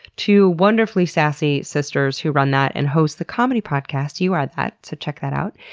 two wonderfully sassy sisters who run that and host the comedy podcast you are that, so check that out.